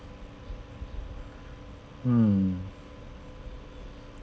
mm